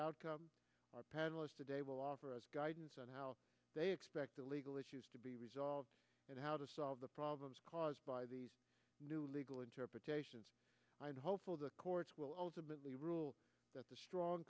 outcome our panelist today will offer guidance on how they expect the legal issues to be resolved and how to solve the problems caused by these new legal interpretations i'm hopeful the courts will ultimately rule that the strong